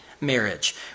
marriage